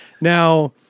Now